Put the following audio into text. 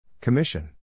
Commission